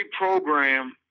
program